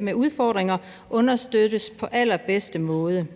med udfordringer understøttes på allerbedste måde.